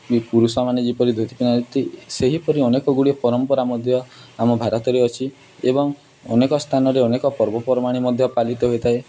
ବି ପୁରୁଷମାନେ ଯେପରି ଧୋତି ପିନ୍ଧନ୍ତି ସେହିପରି ଅନେକଗୁଡ଼ିଏ ପରମ୍ପରା ମଧ୍ୟ ଆମ ଭାରତରେ ଅଛି ଏବଂ ଅନେକ ସ୍ଥାନରେ ଅନେକ ପର୍ବପର୍ବାଣି ମଧ୍ୟ ପାଲିତ ହୋଇଥାଏ